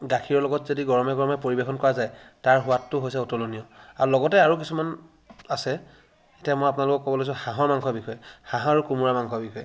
গাখীৰৰ লগত যদি গৰমে গৰমে পৰিৱেশন কৰা যায় তাৰ সোৱাদটো হৈছে অতুলনীয় আৰু লগতে আৰু কিছুমান আছে এতিয়া মই আপোনালোকক ক'ব লৈছো হাঁহৰ মাংসৰ বিষয়ে হাঁহৰ আৰু কোমোৰা মাংসৰ বিষয়ে